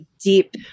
deep